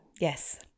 Yes